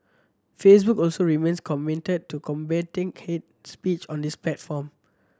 Facebook also remains committed to combating hate speech on its platform